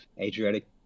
Adriatic